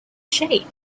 shape